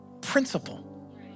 principle